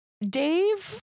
dave